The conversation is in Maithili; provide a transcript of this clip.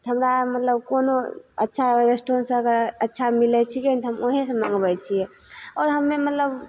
तऽ हमरा मतलब कोनो अच्छा रेस्टोरेन्टसँ अगर अच्छा मिलय छिके तऽ हम वएहें सँ मँगबय छियै आओर हमे मतलब